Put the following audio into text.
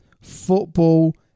Football